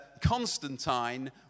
Constantine